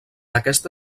aquesta